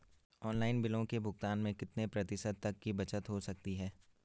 Online बिलों के भुगतान में कितने प्रतिशत तक की बचत हो सकती है?